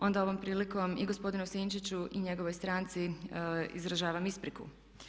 Onda ovom prilikom i gospodinu Sinčiću i njegov stranci izražavam ispriku.